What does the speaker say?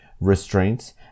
restraints